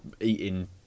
eating